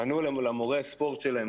הן פנו למורה הספורט שלהן,